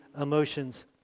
emotions